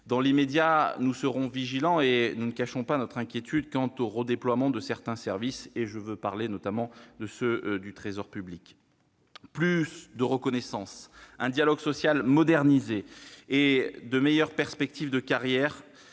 Dans l'immédiat, nous serons vigilants, et je ne vous cache pas notre inquiétude quant au redéploiement de certains services, comme ceux du Trésor public. Plus de reconnaissance, un dialogue social modernisé et de meilleures perspectives de carrière